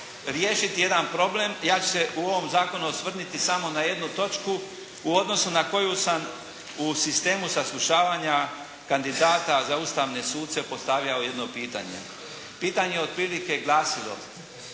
riješiti jedan problem, ja ću se u ovom zakonu osvrnuti samo na jednu točku u odnosu na koju sam u sistemu saslušavanja kandidata za Ustavne suce postavljao jedno pitanje. Pitanje je otprilike glasilo: